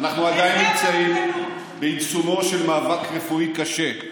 אנחנו עדיין נמצאים בעיצומו של מאבק רפואי קשה,